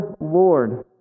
Lord